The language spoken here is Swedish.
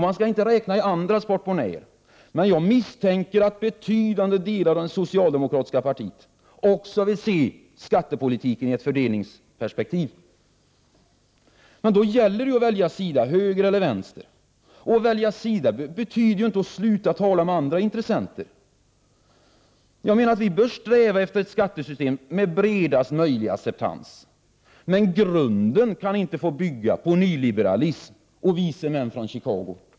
Man skall inte räkna i andras portmonnäer, men jag misstänker att betydande delar av det socialdemokratiska partiet också vill se skattepolitiken i ett fördelningsperspektiv. Men då gäller det att välja sida. Höger eller vänster? Att välja sida betyder inte att sluta tala med andra intressenter. Jag menar att vi bör sträva efter ett skattesystem med bredaste möjliga acceptans, men grunden kan inte få byggas på nyliberalism och vise män från Chicago.